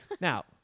Now